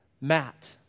Matt